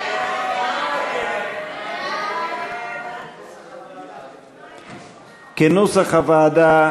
כנוסח הוועדה,